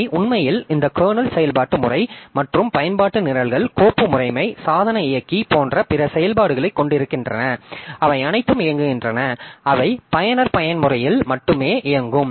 அவை உண்மையில் இந்த கர்னல் செயல்பாட்டு முறை மற்றும் பயன்பாட்டு நிரல்கள் கோப்பு முறைமை சாதன இயக்கி போன்ற பிற செயல்பாடுகளைக் கொண்டிருக்கின்றன அவை அனைத்தும் இயங்குகின்றன அவை பயனர் பயன்முறையில் மட்டுமே இயங்கும்